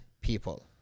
people